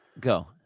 go